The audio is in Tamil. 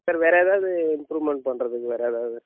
சார் வேறு எதாவது இம்ப்ரூவ்மண்ட் பண்ணுறதுக்கு வேறு எதாவது